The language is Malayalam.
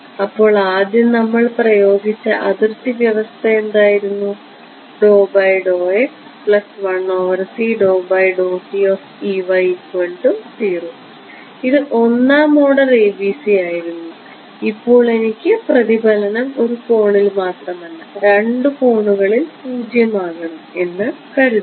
അപ്പോൾ ആദ്യം നമ്മൾ പ്രയോഗിച്ച അതിർത്തി വ്യവസ്ഥ എന്തായിരുന്നു ഇത് ഒന്നാം ഓഡർ ABC ആയിരുന്നു ഇപ്പോൾ എനിക്ക് പ്രതിഫലനം ഒരു കോണിൽ മാത്രമല്ല രണ്ടു കോണുകളിൽ 0 ആകണം എന്ന് കരുതുക